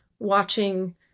Watching